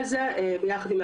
אין שום בעיה לבדוק את זה,